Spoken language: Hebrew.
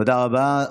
תודה רבה.